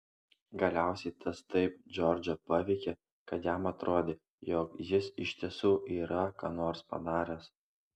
galiausiai tas taip džordžą paveikė kad jam atrodė jog jis iš tiesų yra ką nors padaręs